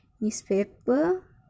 newspaper